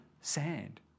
sand